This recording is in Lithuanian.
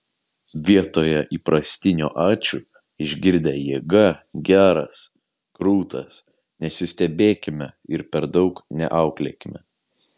vietoje įprastinio ačiū išgirdę jėga geras krūtas nesistebėkime ir per daug neauklėkime